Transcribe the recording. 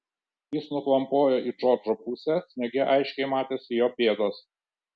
jis nuklampojo į džordžo pusę sniege aiškiai matėsi jo pėdos